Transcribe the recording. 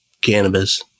cannabis